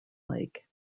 lake